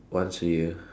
once a year